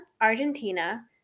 Argentina